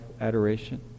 adoration